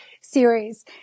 series